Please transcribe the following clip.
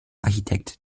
architekt